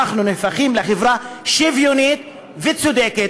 אנחנו נהפכים לחברה שוויונית וצודקת.